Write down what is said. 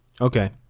Okay